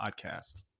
podcast